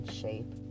shape